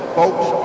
folks